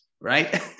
right